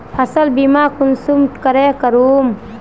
फसल बीमा कुंसम करे करूम?